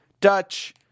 Dutch